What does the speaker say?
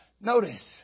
Notice